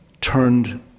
turned